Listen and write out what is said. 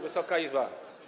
Wysoka Izbo!